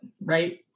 right